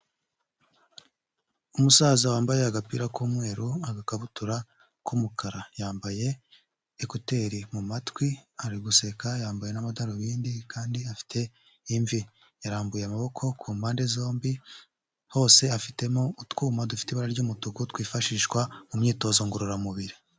Umusaza wambaye agapira k'umweru, agakabutura k'umukara, yambaye ekuteri mu matwi, ari guseka, yambaye n'amadarubindi, kandi afite imvi, yarambuye amaboko ku mpande zombi, hose afitemo utwuma dufite ibara ry'umutuku twifashishwa mu myitozo ngororamubiri.